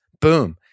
Boom